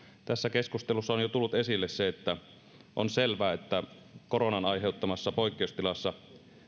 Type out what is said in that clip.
tässä keskustelussa on jo tullut esille se että on selvää että koronan aiheuttamassa poikkeustilassa